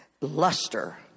luster